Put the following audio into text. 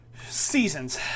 Seasons